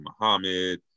Muhammad